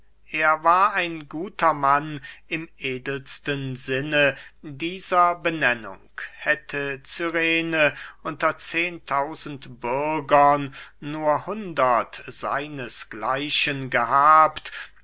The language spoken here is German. er war ein guter mann im edelsten sinne dieser benennung hätte cyrene unter zehen tausend bürgern nur hundert seines gleichen gehabt